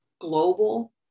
global